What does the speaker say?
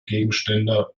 gegenstände